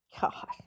God